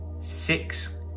six